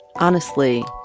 honestly,